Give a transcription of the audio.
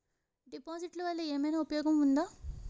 డిపాజిట్లు వల్ల ఏమైనా ఉపయోగం ఉందా?